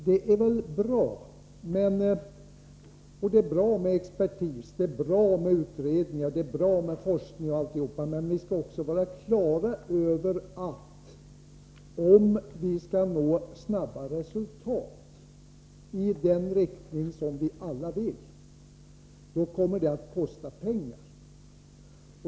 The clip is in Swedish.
Det är väl bra med expertis, bra med utredningar och bra med forskning m.m., men vi skall också vara på det klara med att om vi skall kunna nå snabba resultat, kommer det att kosta pengar.